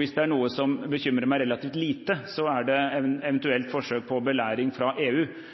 Hvis det er noe som bekymrer meg relativt lite, er det eventuelle forsøk på belæring fra EU